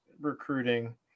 recruiting